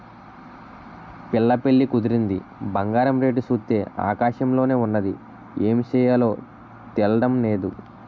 పిల్ల పెళ్లి కుదిరింది బంగారం రేటు సూత్తే ఆకాశంలోన ఉన్నాది ఏమి సెయ్యాలో తెల్డం నేదు